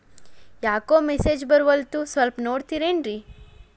ಯಾಕೊ ಮೆಸೇಜ್ ಬರ್ವಲ್ತು ಸ್ವಲ್ಪ ನೋಡ್ತಿರೇನ್ರಿ?